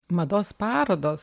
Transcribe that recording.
mados parodos